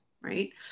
Right